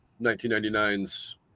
1999's